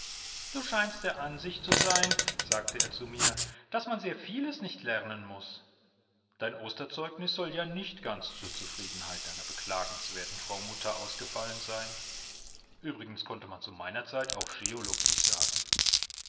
du scheinst der ansicht zu sein sagte er zu mir daß man sehr vieles nicht lernen muß dein osterzeugnis soll ja nicht ganz zur zufriedenheit deiner beklagenswerten frau mutter ausgefallen sein übrigens konnte man zu meiner zeit auch scheologie sagen